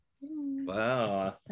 Wow